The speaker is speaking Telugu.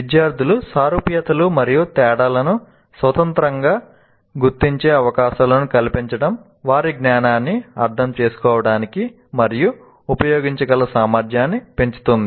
విద్యార్థులకు సారూప్యతలు మరియు తేడాలను స్వతంత్రంగా గుర్తించే అవకాశాలను కల్పించడం వారి జ్ఞానాన్ని అర్థం చేసుకోవడానికి మరియు ఉపయోగించగల సామర్థ్యాన్ని పెంచుతుంది